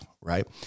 right